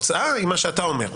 והתוצאה היא מה שאתה אומר,